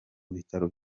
bitaro